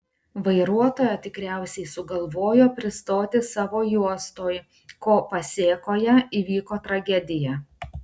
vairuotoja tikriausiai sugalvojo pristoti savo juostoj ko pasėkoje įvyko tragedija